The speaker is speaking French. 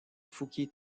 fouquier